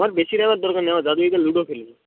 আমার বেশি নেওয়ার দরকার নেই আমার দাদু দিদা লুডো খেলবে